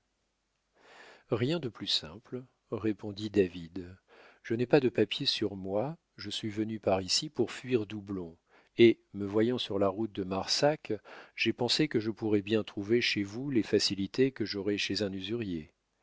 rien de plus simple répondit david je n'ai pas de papier sur moi je suis venu par ici pour fuir doublon et me voyant sur la route de marsac j'ai pensé que je pourrais bien trouver chez vous les facilités que j'aurais chez un